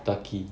turkey